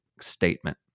statement